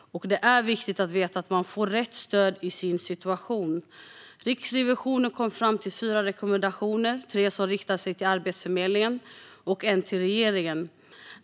Det är viktigt att veta att man får rätt stöd i sin situation. Riksrevisionen kom fram till fyra rekommendationer: tre som riktar sig till Arbetsförmedlingen och en som riktar sig till regeringen.